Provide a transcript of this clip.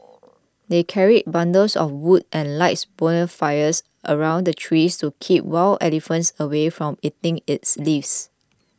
they carried bundles of wood and light bonfires around the tree to keep wild elephants away from eating its leaves